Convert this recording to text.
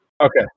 Okay